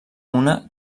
una